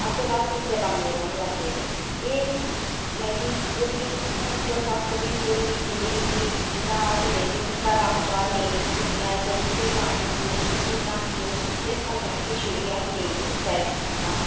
अस बस इस्सै कम्में गी रौह्ना लग्गे दे एह् मतलब पूरी हून तुस आक्खो कि पूरी जिंदगी जियां अस लेडीज़ न कि घरा अस बाहर अस नेईं निकली सकने आं रुट्टी बनानी इस कम्में गी छुड़ियै अस नेईं जाई सकने बाहर